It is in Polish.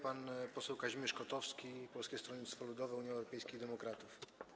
Pan poseł Kazimierz Kotowski, Polskie Stronnictwo Ludowe - Unia Europejskich Demokratów.